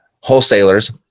wholesalers